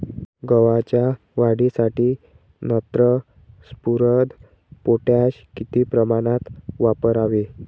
गव्हाच्या वाढीसाठी नत्र, स्फुरद, पोटॅश किती प्रमाणात वापरावे?